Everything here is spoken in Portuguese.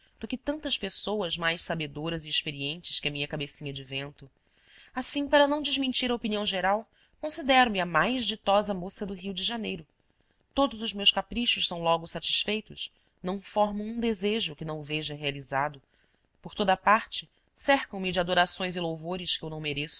do que tantas pessoas mais sabedoras e experientes que a minha cabecinha de vento assim para não desmentir a opinião geral considero me a mais ditosa moça do rio de janeiro todos os meus caprichos são logo satisfeitos não formo um desejo que não o veja realizado por toda a parte cercam me de adorações e louvores que eu não mereço